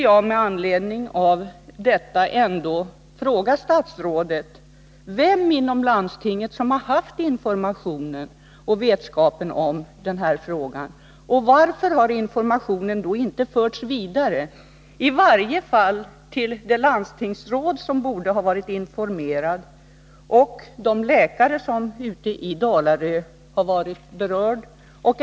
Jag vill därför fråga statsrådet vem inom landstinget som har fått denna information och således haft vetskapen i den här frågan. Varför har informationen i så fall inte förts vidare —i varje fall till det landstingsråd som borde ha varit informerad och till de läkare som i Dalarö har varit berörda?